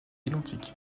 identique